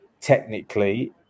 technically